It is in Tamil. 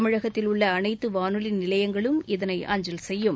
தமிழகத்தில் உள்ள அனைத்து வானொலி நிலையங்களும் இதனை அஞ்சல் செய்யும்